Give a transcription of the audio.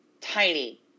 Tiny